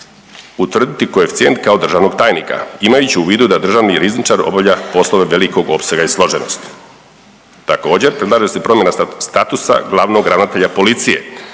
utvrditi koeficijent kao državnog tajnika, imajući u vidu da državni rizničar obavlja poslove velikog opsega i složenosti. Također, predlaže se promjena statusa glavnog ravnatelja policije.